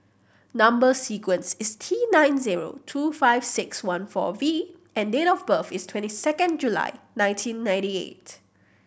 number sequence is T nine zero two five six one four V and date of birth is twenty second July nineteen ninety eight